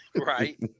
Right